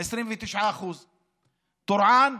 29%; טורעאן,